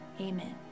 amen